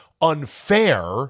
unfair